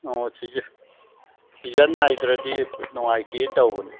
ꯑꯣ ꯁꯤꯖꯟ ꯅꯥꯏꯗ꯭ꯔꯗꯤ ꯅꯨꯡꯉꯥꯏꯇꯦꯅ ꯇꯧꯕꯅꯤ